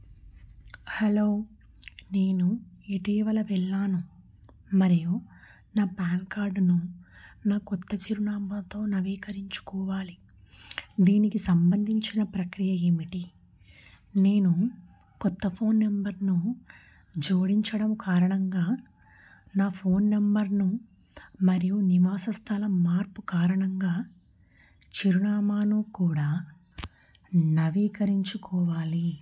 hello నేను ఇటీవల వెళ్ళాను మరియు నా పాన్ కార్డును నా కొత్త చిరునామాతో నవీకరించుకోవాలి దీనికి సంబంధించిన ప్రక్రియ ఏమిటి నేను కొత్త ఫోన్ నెంబర్ను జోడించడం కారణంగా నా ఫోన్ నెంబర్ను మరియు నివాస స్థలం మార్పు కారణంగా చిరునామాను కూడా నవీకరించుకోవాలి